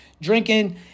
drinking